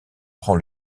prend